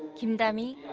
kim da-mi,